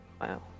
Wow